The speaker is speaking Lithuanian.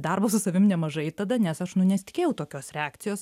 darbo su savim nemažai tada nes aš nu nesitikėjau tokios reakcijos